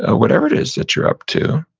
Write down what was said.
ah whatever it is that you're up to.